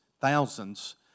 thousands